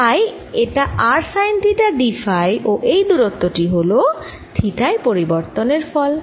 তাই এটা r sine theta d phi ও এই দুরত্বটি হল থিটায় পরিবর্তন এর ফল